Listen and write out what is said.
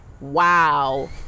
wow